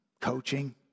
coaching